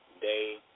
day